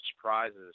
surprises